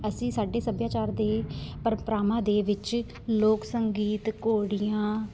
ਅਸੀਂ ਸਾਡੇ ਸੱਭਿਆਚਾਰ ਦੇ ਪ੍ਰੰਪਰਾਵਾਂ ਦੇ ਵਿੱਚ ਲੋਕ ਸੰਗੀਤ ਘੋੜੀਆਂ